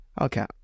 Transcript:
Okay